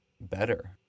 better